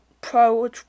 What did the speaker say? Pro